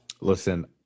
Listen